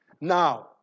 now